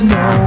no